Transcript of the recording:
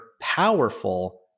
powerful